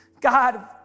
God